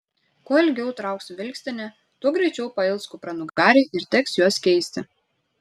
kuo ilgiau trauks vilkstinė tuo greičiau pails kupranugariai ir teks juos keisti